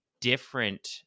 different